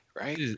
right